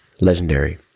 Legendary